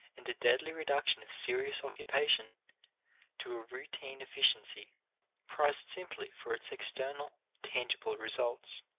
and a deadly reduction of serious occupation to a routine efficiency prized simply for its external tangible results.